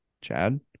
Chad